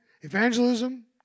evangelism